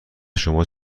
شما